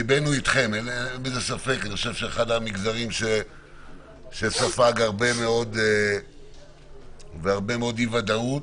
אין ספק שזה אחד המגזרים שספג הכי הרבה והיה עם הכי הרבה אי ודאות.